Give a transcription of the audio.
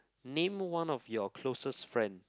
name one of your closest friend